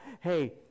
hey